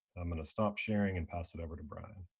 i'm going to stop sharing and pass it over to brian.